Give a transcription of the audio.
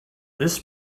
this